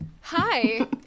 Hi